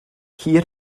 hir